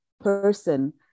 person